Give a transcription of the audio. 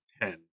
ten